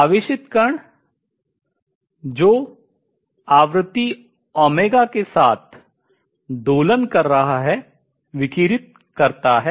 आवेशित कण जो आवृत्ति ओमेगा के साथ दोलन कर रहा है विकिरित करता है